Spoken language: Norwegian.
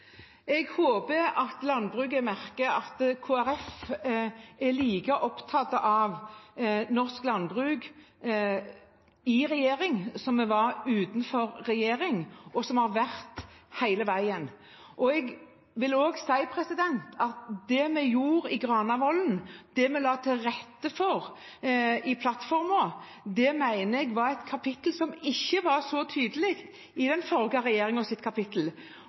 Jeg håper landbruket merker at Kristelig Folkeparti er like opptatt av norsk landbruk i regjering som vi var utenfor regjering, og som vi har vært hele veien. Jeg vil også si at det vi gjorde på Granavolden, det vi la til rette for i plattformen, mener jeg var et kapittel som ikke var så tydelig i den forrige regjeringens kapittel.